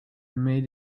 made